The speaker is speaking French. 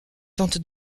tente